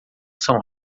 são